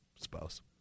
spouse